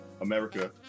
america